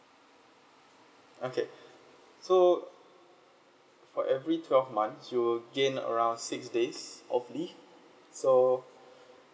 okay so for every twelve months you will gain around six days of leave so